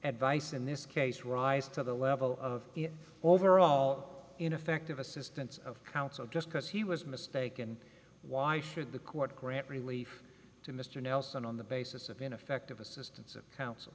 advice in this case rise to the level of overall ineffective assistance of counsel just because he was mistaken why should the court grant relief to mr nelson on the basis of ineffective assistance of counsel